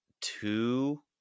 two